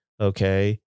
Okay